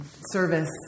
service